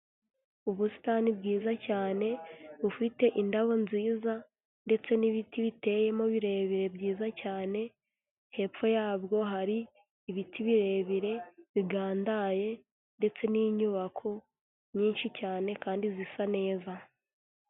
Ubusitani bwiza cyane bufite indabo nziza ndetse n'ibiti biteyemo birebire, byiza cyane, hepfo yabwo hari ibiti birebire, bigandaye ndetse n'inyubako nyinshi cyane kandi zisa neza.